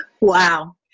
Wow